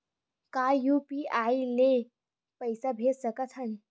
का यू.पी.आई ले पईसा भेज सकत हन?